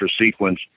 sequence